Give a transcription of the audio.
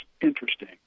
interesting